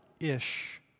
ish